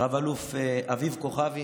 רב-אלוף אביב כוכבי